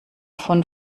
von